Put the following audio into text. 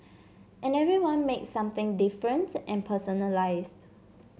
and everyone makes something different and personalised